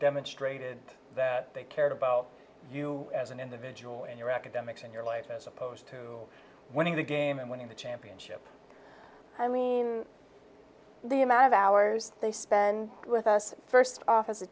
demonstrated that they cared about you as an individual in your academics in your life as opposed to winning the game and winning the championship i mean the amount of hours they spend with us first off as a